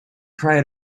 pride